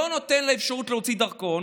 זה לא נותן לה אפשרות להוציא דרכון.